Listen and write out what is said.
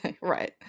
Right